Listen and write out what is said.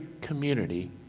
community